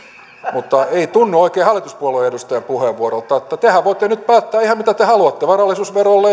ei tunnu oikein hallituspuolueen edustajan puheenvuorolta tehän voitte nyt päättää ihan mitä te haluatte varallisuusverosta